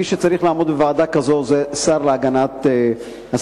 מי שצריך לעמוד בראש ועדה כזאת הוא השר להגנת הסביבה,